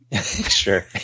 Sure